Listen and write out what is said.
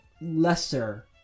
lesser